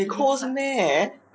they cause meh